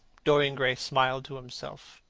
dorian gray smiled to himself.